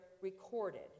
recorded